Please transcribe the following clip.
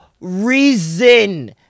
reason